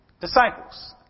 disciples